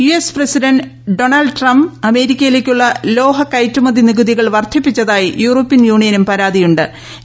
U S president Donald Trump അമേരിക്കയിലേക്കുള്ള ലോഹ കയറ്റുമതി നികുതികൾ വർദ്ധിപ്പിച്ചതായി യൂറോപ്യൻ യൂണിയനും പരാതിയു ്